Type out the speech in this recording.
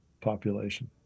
population